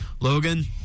Logan